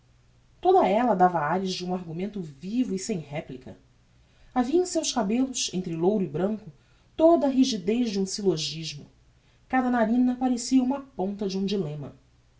toda ella dava ares de um argumento vivo e sem réplica havia em seus cabellos entre louro e branco toda a rigidez de um syllogismo cada narina parecia uma ponta de um dilemma